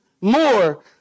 more